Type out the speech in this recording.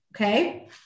Okay